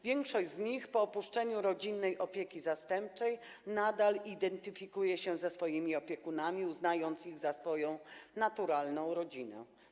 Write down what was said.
Większość z nich po opuszczeniu rodzinnej opieki zastępczej nadal identyfikuje się ze swoimi opiekunami, uznając ich za swoją naturalną rodzinę.